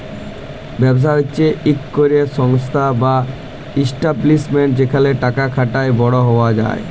ব্যবসা হছে ইকট ক্যরে সংস্থা বা ইস্টাব্লিশমেল্ট যেখালে টাকা খাটায় বড় হউয়া যায়